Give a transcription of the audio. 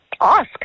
Ask